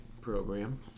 program